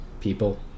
people